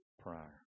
prior